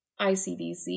ICDC